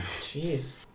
Jeez